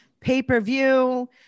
Pay-per-view